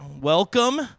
welcome